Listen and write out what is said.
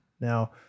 Now